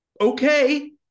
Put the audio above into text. okay